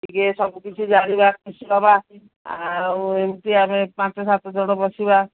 ଟିକେ ସବୁକିଛି ଜାଣିବା ଖୁସି ହେବା ଆଉ ଏମିତି ଆମେ ପାଞ୍ଚ ସାତ ଜଣ ବସିବା